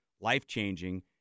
life-changing